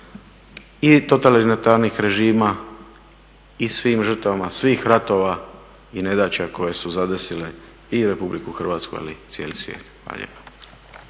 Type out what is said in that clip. i totalitarnih režima, i svim žrtvama svih ratova i nedaća koje su zadesile i RH ali i cijeli svijet. Hvala